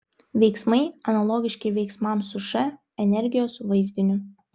veiksmai analogiški veiksmams su š energijos vaizdiniu